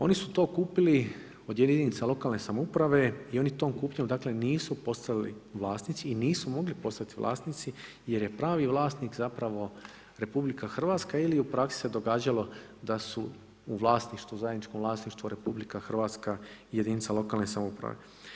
Oni su to kupili od jedinica lokalne samouprave i oni tom kupnjom nisu postali vlasnici i nisu mogli postati vlasnici jer je pravi vlasnik RH jel se u praksi događalo da su u zajedničkom vlasništvu RH i jedinica lokalne samouprave.